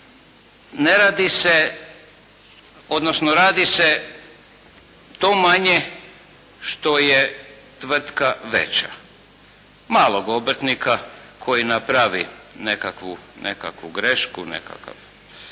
Ne radi se, odnosno radi se to manje što je tvrtka veća. Malog obrtnika koji napravi nekakvu grešku, nekakvo